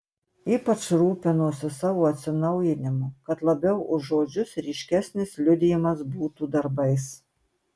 ypač rūpinosi savo atsinaujinimu kad labiau už žodžius ryškesnis liudijimas būtų darbais